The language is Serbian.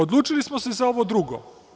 Odlučili smo se za ovo drugo.